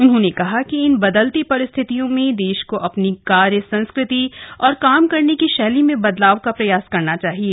उन्होंने कहा कि इन बदलती परिस्थितियों में देश को अपनी कार्य संस्कृति और काम करने की शैली में बदलाव का प्रयास करना चाहिए